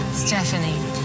Stephanie